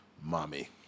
mommy